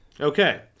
Okay